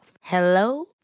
Hello